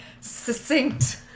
succinct